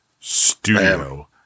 studio